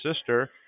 sister